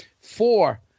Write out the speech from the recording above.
Four